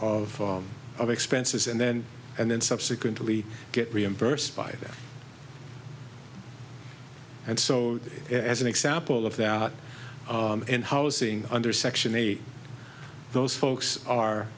of of expenses and then and then subsequently get reimbursed by them and so as an example of that in housing under section eight those folks are